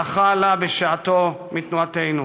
זכה לה בשעתו מתנועתנו.